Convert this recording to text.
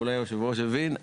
אולי יושב הראש מבין,